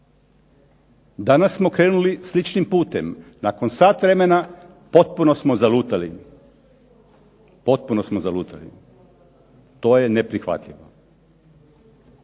Danas smo krenuli sličnim putem. Nakon sat vremena potpuno smo zalutali. To je neprihvatljivo.